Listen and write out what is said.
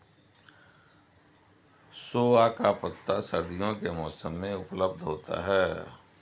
सोआ का पत्ता सर्दियों के मौसम में उपलब्ध होता है